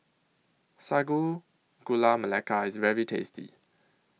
Sago Gula Melaka IS very tasty